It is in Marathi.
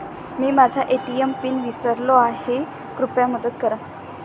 मी माझा ए.टी.एम पिन विसरलो आहे, कृपया मदत करा